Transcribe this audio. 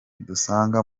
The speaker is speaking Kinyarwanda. dusanga